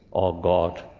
or god.